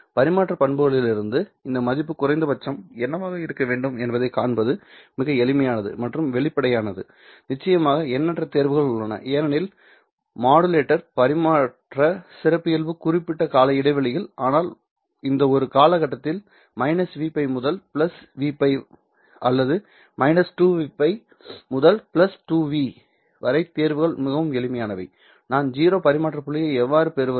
பரிமாற்ற பண்புகளிலிருந்து இந்த மதிப்பு குறைந்தபட்சம் என்னவாக இருக்க வேண்டும் என்பதை காண்பது மிக எளிமையானது மற்றும் வெளிப்படையானது நிச்சயமாக எண்ணற்ற தேர்வுகள் உள்ளன ஏனெனில் மாடுலேட்டர் பரிமாற்ற சிறப்பியல்பு குறிப்பிட்ட கால இடைவெளியில் ஆனால் இந்த ஒரு காலகட்டத்தில் V π முதல் V π அல்லது 2 V π முதல் 2V வரை தேர்வுகள் மிகவும் எளிமையானவை நான் 0 பரிமாற்ற புள்ளியை எவ்வாறு பெறுவது